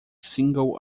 single